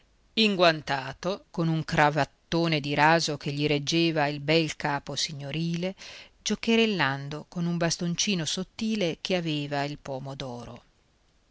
leyra inguantato con un cravattone di raso che gli reggeva il bel capo signorile giocherellando con un bastoncino sottile che aveva il